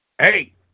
Hey